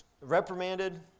reprimanded